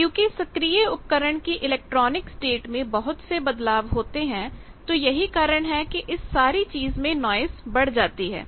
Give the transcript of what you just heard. क्योंकि सक्रिय उपकरणकी इलेक्ट्रॉनिक स्टेट में बहुत से बदलाव होते हैं तो यही कारण है कि इस सारी चीज में नॉइस बढ़ जाती है